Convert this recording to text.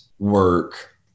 work